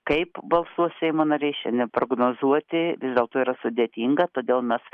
kaip balsuos seimo nariai šiandien prognozuoti vis dėlto yra sudėtinga todėl mes